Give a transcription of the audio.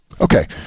Okay